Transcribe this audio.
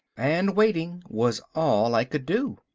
and waiting was all i could do.